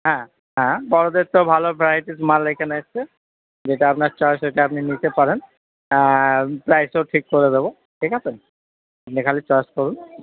হ্যাঁ হ্যাঁ বড়োদের তো ভালো ভ্যারাইটি মাল এইখানে এসছে যেটা আপনার চাই সেটা আপনি নিতে পারেন প্রাইসও ঠিক করে দেব ঠিক আছে আপনি খালি চয়েস করুন